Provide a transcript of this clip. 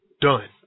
Done